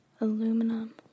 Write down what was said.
aluminum